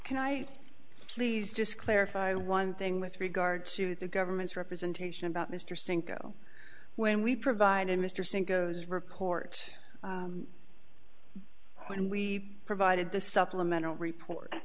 can i please just clarify one thing with regard to the government's representation about mr cinco when we provided mr singh goes records when we provided the supplemental report